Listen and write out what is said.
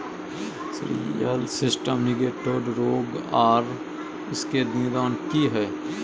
Cereal system nematode रोग आर इसके निदान की हय?